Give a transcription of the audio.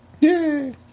Yay